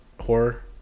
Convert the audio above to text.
horror